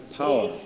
power